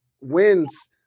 wins